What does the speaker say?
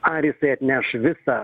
ar jisai atneš visą